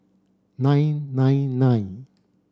nine nine nine